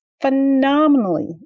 phenomenally